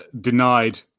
denied